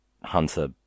Hunter